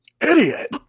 Idiot